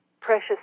precious